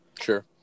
Sure